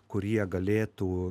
kurie galėtų